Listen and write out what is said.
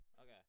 okay